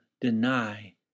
deny